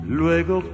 luego